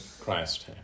Christ